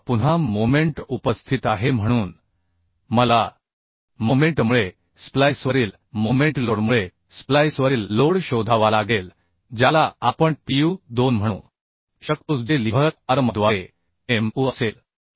आता पुन्हा मोमेंट उपस्थित आहे म्हणून मला मोमेंटमुळे स्प्लाइसवरील मोमेंट लोडमुळे स्प्लाइसवरील लोड शोधावा लागेल ज्याला आपण PU 2 म्हणू शकतो जे लीव्हर आर्मद्वारे MU असेल